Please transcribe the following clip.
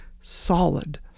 solid